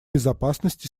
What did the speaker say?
безопасность